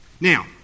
Now